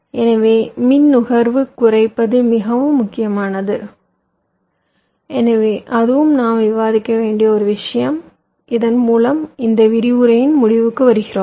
எனவே மின் நுகர்வு குறைப்பது மிக முக்கியமானது எனவே அதுவும் நாம் விவாதிக்க வேண்டிய ஒரு விஷயம் இதன் மூலம் இந்த விரிவுரையின் முடிவுக்கு வருகிறோம்